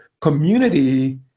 community